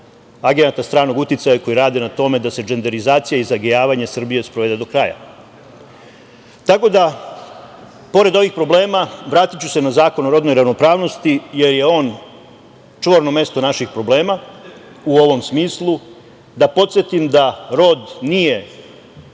agenata stranog uticaja koji rade na tome da se dženderizacija i zagejavanje Srbije sprovede do kraja. Pored ovih problema, vratiću se na Zakon o rodnoj ravnopravnosti, jer je on čvorno mesto naših problema u ovom smislu. Da podsetim da rod nije